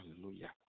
Hallelujah